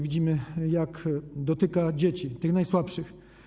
Widzimy, jak dotyka dzieci, tych najsłabszych.